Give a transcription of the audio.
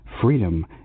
Freedom